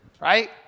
Right